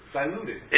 diluted